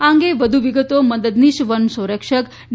આ અંગે વધુ વિગતો મદદનીશ વનસંરક્ષક ડી